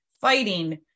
fighting